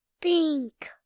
Pink